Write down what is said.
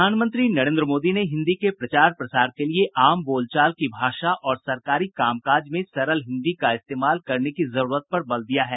प्रधानमंत्री नरेंद्र मोदी ने हिन्दी के प्रचार प्रसार के लिए आम बोलचाल की भाषा और सरकारी कामकाज में सरल हिन्दी का इस्तेमाल करने की जरुरत पर बल दिया है